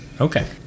Okay